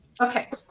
Okay